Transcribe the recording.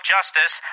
Justice